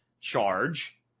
charge